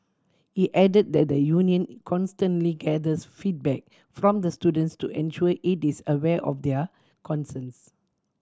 he added that the union constantly gathers feedback from the students to ensure it is aware of their concerns